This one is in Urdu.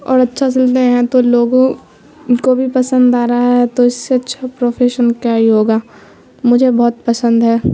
اور اچھا سلتے ہیں تو لوگوں کو بھی پسند آ رہا ہے تو اس سے اچھا پروفیشن کیا ہے یوگا مجھے بہت پسند ہے